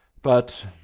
but